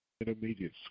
intermediate